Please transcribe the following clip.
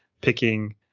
picking